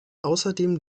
außerdem